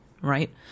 right